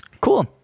cool